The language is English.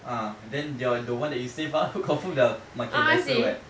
ah then your the one that you saved up confirm dah makin lesser [what]